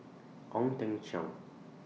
Ong Teng Cheong